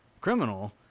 criminal